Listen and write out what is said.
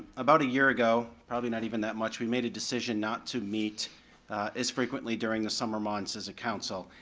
about a year ago, probably not even that much, we made a decision not to meet as frequently during the summer months as council.